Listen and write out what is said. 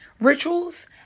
rituals